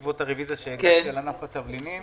בעקבות הרביזיה שהגשתי על ענף התבלינים,